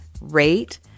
rate